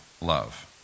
love